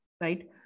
right